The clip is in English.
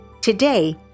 Today